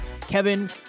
Kevin